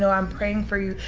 so i'm praying for you,